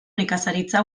nekazaritza